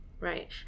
right